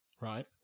right